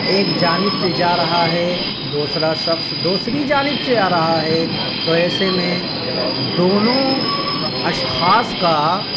ایک جانب سے جا رہا ہے دوسرا شخص دوسری جانب سے آ رہا ہے تو ایسے میں دونوں اشخاص کا